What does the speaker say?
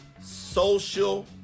Social